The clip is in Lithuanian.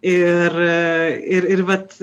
ir ir ir vat